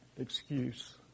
excuse